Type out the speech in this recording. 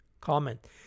comment